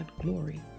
glory